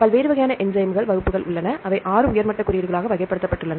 பல்வேறு வகையான என்சைம் வகுப்புகள் உள்ளன அவை 6 உயர் மட்ட குறியீடுகளாக வகைப்படுத்தப்பட்டுள்ளன